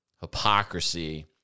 hypocrisy